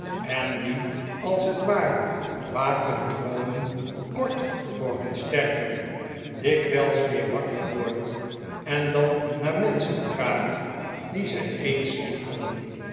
en die als net ware wakend droomen kort voor hun sterven dikwijls weer wakker worden en dan naar menschen vragen die zij eens